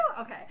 Okay